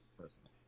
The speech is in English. Personally